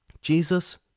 Jesus